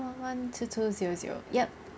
one one two two zero zero yup